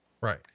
Right